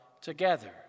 together